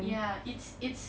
ya it's it's